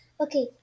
Okay